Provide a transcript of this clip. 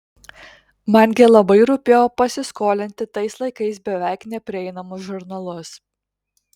man gi labai rūpėjo pasiskolinti tais laikais beveik neprieinamus žurnalus